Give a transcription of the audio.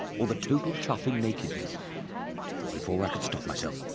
or the total chuffing nakedness, but before i could stop myself,